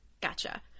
Gotcha